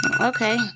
Okay